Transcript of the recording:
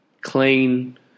clean